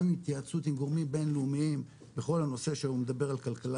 גם התייעצות עם גורמים בינלאומיים בכל הנושא שמדבר על כלכלה